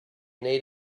need